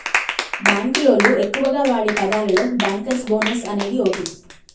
బాంకులోళ్లు ఎక్కువగా వాడే పదాలలో బ్యాంకర్స్ బోనస్ అనేది ఓటి